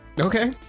Okay